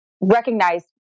recognize